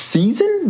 Season